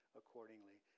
accordingly